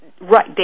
Right